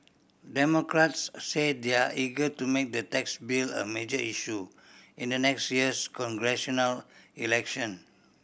democrats say they're eager to make the tax bill a major issue in the next year's congressional election